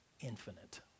infinite